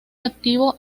activo